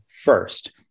first